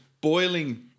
boiling